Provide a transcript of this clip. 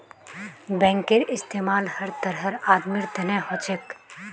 बैंकेर इस्तमाल हर तरहर आदमीर तने हो छेक